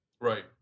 right